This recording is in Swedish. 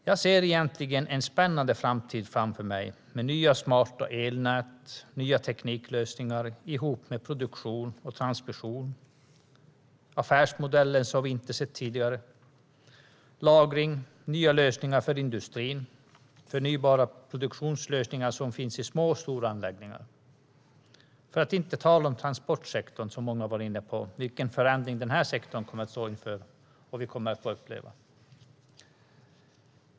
Jag ser egentligen en spännande framtid framför mig med nya smarta elnät, nya tekniklösningar ihop med produktion och transmission, affärsmodeller som vi inte sett tidigare, lagring, nya lösningar för industrin, förnybara produktionslösningar som finns i små och stora anläggningar - för att inte tala om vilken förändring transportsektorn kommer att stå inför och vi kommer att få uppleva.